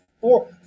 four